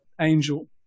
angel